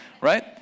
right